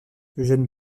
eugène